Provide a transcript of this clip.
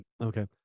okay